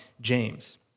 James